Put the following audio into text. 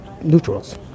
neutrals